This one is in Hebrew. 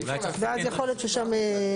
ואז יכול להיות ששם.